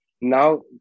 now